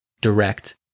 direct